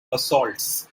assaults